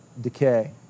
decay